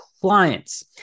clients